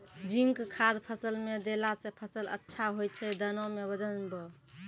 zinc खाद फ़सल मे देला से फ़सल अच्छा होय छै दाना मे वजन ब